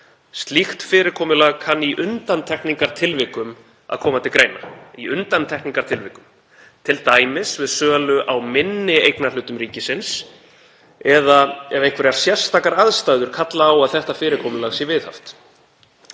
Slíkt fyrirkomulag kann í undantekningartilvikum að koma til greina,“ — í undantekningartilvikum — „t.d. við sölu á minni eignarhlutum ríkisins eða ef einhverjar sérstakar aðstæður kalla á að þetta fyrirkomulag sé viðhaft.“